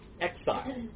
Exile